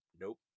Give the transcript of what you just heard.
nope